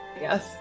yes